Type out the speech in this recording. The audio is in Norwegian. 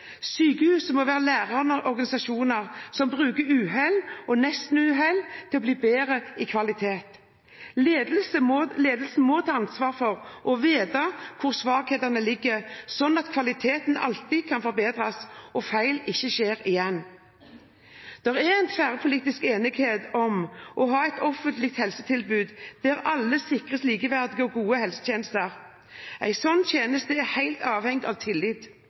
sykehuset lærer av egne og andres feil, og at helseforetaket vet hvor svakhetene ligger. Sykehusene må være lærende organisasjoner som bruker uhell og nestenuhell til å bli bedre på kvalitet. Ledelsen må ta ansvaret og vite hvor svakhetene ligger, slik at kvaliteten alltid kan forbedres og feil ikke skjer igjen. Det er tverrpolitisk enighet om å ha et offentlig helsetilbud der alle sikres likeverdige og gode helsetjenester. En slik tjeneste er helt avhengig av tillit.